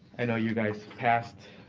i know you guys passed